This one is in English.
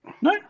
No